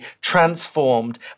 transformed